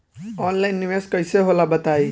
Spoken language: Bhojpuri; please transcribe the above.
ऑनलाइन निवेस कइसे होला बताईं?